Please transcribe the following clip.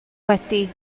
wedi